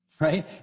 right